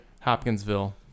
Hopkinsville